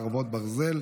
חרבות ברזל),